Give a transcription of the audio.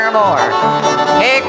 more